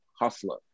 hustler